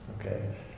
Okay